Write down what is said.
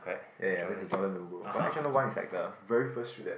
ya ya that's a Jordan logo but one is like the very first shoe that